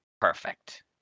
perfect